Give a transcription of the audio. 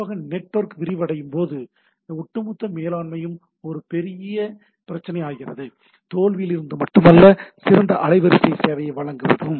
குறிப்பாக நெட்வொர்க் விரிவடையும் போது ஒட்டுமொத்த மேலாண்மை ஒரு பெரிய பிரச்சினையாகிறது தோல்வியிலிருந்து மட்டுமல்ல சிறந்த அலைவரிசை சேவையை வழங்ககுவதும்